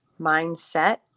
mindset